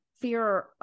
fear